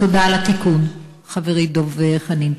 תודה על התיקון, חברי דב חנין.